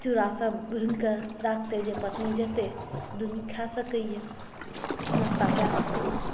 चूड़ासभ भुनि कऽ राखतै जे पत्नी जेतै दुनू खाए सकैए नाश्ता कए सकैए